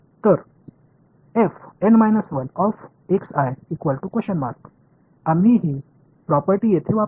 तर आम्ही ही प्रॉपर्टी येथे वापरु